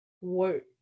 work